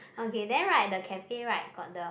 okay then right the cafe right got the